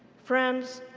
friends,